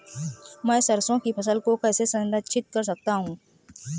मैं सरसों की फसल को कैसे संरक्षित कर सकता हूँ?